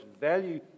value